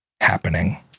happening